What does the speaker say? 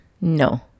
No